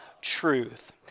truth